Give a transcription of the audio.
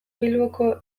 bilboko